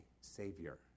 savior